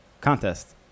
Contest